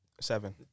seven